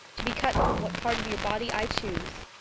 to be cut from what part of your body i choose.